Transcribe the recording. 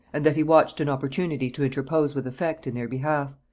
and that he watched an opportunity to interpose with effect in their behalf,